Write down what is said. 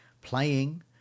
playing